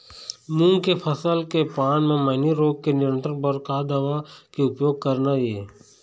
मूंग के फसल के पान म मैनी रोग के नियंत्रण बर का दवा के उपयोग करना ये?